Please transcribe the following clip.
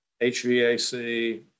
HVAC